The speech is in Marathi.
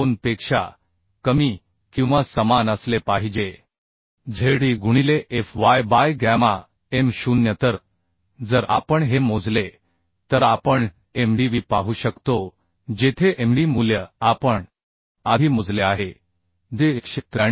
2 पेक्षा कमी किंवा समान असले पाहिजे Ze गुणिले fy बाय गॅमा m 0 तर जर आपण हे मोजले तर आपण mdv पाहू शकतो जेथे md मूल्य आपणआधी मोजले आहे जे 193